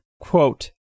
quote